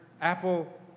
Apple